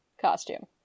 costume